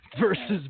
versus